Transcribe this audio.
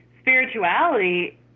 Spirituality